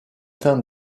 temps